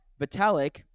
Vitalik